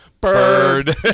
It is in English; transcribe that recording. Bird